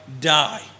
die